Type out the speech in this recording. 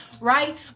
right